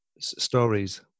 stories